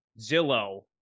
Zillow